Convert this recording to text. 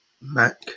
Mac